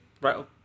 Right